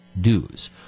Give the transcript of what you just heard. dues